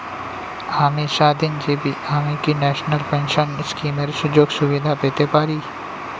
আমি স্বাধীনজীবী আমি কি ন্যাশনাল পেনশন স্কিমের সুযোগ সুবিধা পেতে পারি?